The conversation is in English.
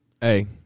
Hey